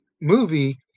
movie